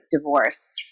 divorce